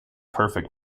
perfect